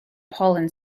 pollen